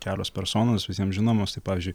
kelios personos visiem žinomos tai pavyzdžiui